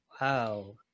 Wow